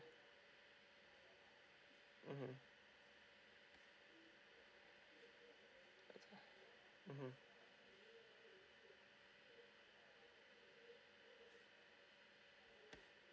mmhmm mmhmm